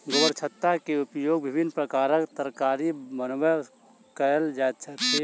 गोबरछत्ता के उपयोग विभिन्न प्रकारक तरकारी बनबय कयल जाइत अछि